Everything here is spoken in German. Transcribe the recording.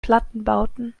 plattenbauten